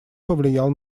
повлиял